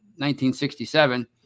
1967